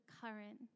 current